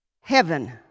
heaven